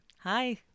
Hi